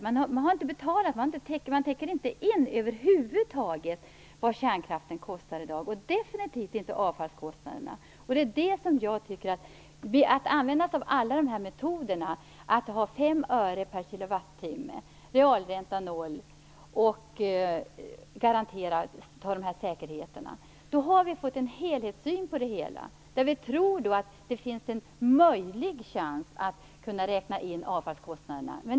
Man täcker över huvud taget inte in vad kärnkraften kostar i dag, och definitivt inte avfallskostnaderna. Om vi använder oss av alla dessa metoder - 5 öre per kWh, realränta på 0 % och säkerheter - har vi fått en helhetssyn. Vi tror att det finns en chans att räkna in avfallskostnaderna.